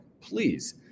Please